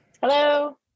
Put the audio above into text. Hello